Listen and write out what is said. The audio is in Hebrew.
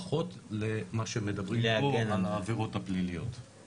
פחות מה שמדברים פה על העבירות הפליליות,